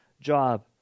job